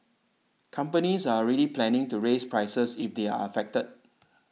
companies are already planning to raise prices if they are affected